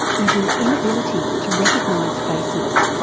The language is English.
is an inability to recognise faces.